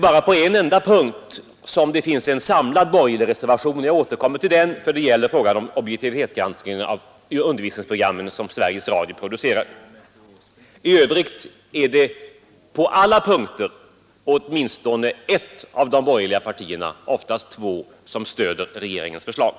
Bara på en enda punkt finns det en samlad borgerlig reservation — jag återkommer till den — nämligen när det gäller objektivitetsgranskningen av de undervisningsprogram som Svergies Radio producerar. I övrigt är det på alla punkter åtminstone ett av de borgerliga partierna — oftast två — som stöder regeringens förslag.